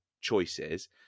choices